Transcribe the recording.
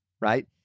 right